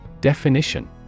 Definition